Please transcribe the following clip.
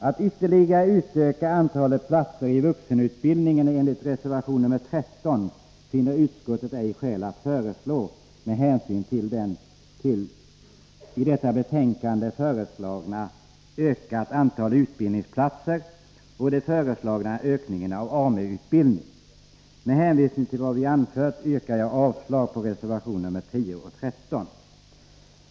Att ytterligare utöka antalet platser i vuxenutbildningen enligt reservation 13 finner utskottet ej skäl att föreslå med hänsyn till det i detta betänkande föreslagna ökade antalet utbildningsplatser och den föreslagna ökningen av AMU-utbildningen. Med hänvisning till vad vi har anfört i betänkandet yrkar jag avslag på reservationerna 10 och 13.